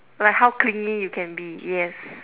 like how clingy you can be yes